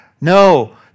No